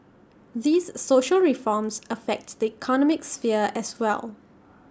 these social reforms affect the economic sphere as well